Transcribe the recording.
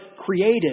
created